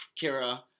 Kira